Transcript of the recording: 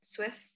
Swiss